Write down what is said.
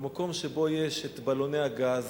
במקום שבו ישנם בלוני הגז,